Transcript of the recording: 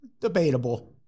Debatable